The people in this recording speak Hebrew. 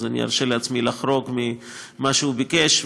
אז ארשה לעצמי לחרוג ממה שהוא ביקש,